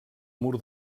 mur